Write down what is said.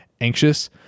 anxious